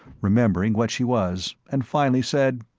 remembering what she was, and finally said,